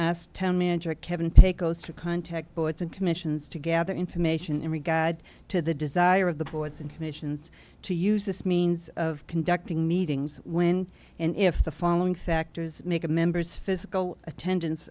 asked town manager kevin pecos to contact boards and commissions to gather information in regards to the desire of the boards and commissions to use this means of conducting meetings when and if the following factors make a member's physical attendance